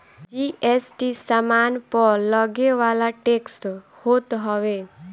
GST सामान पअ लगेवाला टेक्स होत हवे